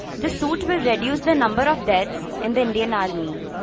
the suit will reduce the number of deaths in the indian army.